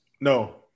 no